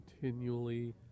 continually